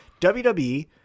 WWE